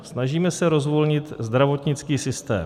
Snažíme se rozvolnit zdravotnický systém.